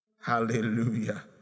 Hallelujah